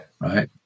Right